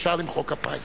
אפשר למחוא כפיים.